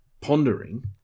pondering